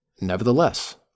Nevertheless